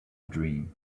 dream